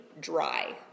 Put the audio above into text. dry